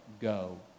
go